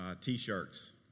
t-shirts